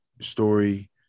story